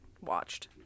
watched